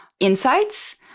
Insights